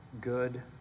good